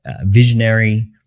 visionary